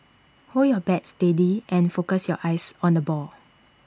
hold your bat steady and focus your eyes on the ball